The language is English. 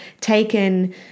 taken